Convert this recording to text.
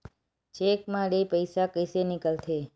Cheque म ले पईसा कइसे निकलथे?